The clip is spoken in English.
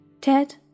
Ted